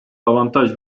avantaj